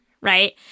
right